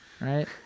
right